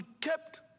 kept